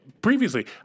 previously